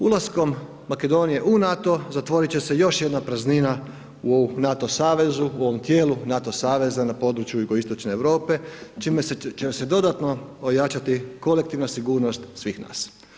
Ulaskom Makedonije u NATO, zatvorit će se još jedna praznina u NATO savezu, u ovom tijelu NATO saveza na području jugoistočne Europe čime se će se dodatno ojačati kolektivna sigurnost svih nas.